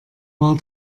war